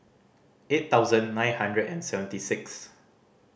eight thousand nine hundred and seventy sixth